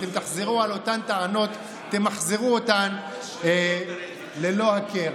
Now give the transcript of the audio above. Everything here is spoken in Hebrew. אתם תחזרו על אותן טענות ותמחזרו אותן ללא היכר.